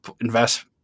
invest